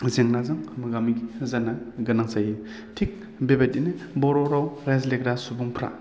जेंनाजों मोगा मोगि जानो गोनां जायो थिक बेबायदिनो बर' राव रायज्लायग्रा सुबुंफ्रा